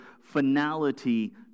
finality